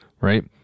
right